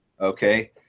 Okay